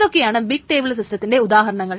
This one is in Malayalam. ഏതൊക്കെയാണ് ബിഗ് ടേബിൾ സിസ്റ്റത്തിന്റെ ഉദാഹരണങ്ങൾ